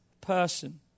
person